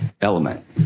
element